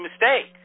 mistake